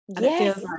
yes